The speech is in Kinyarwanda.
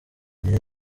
gihe